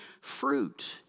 fruit